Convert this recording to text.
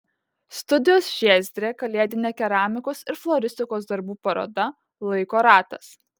studijos žiezdrė kalėdinė keramikos ir floristikos darbų paroda laiko ratas